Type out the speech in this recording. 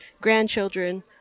grandchildren